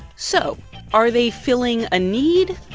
so are they filling a need,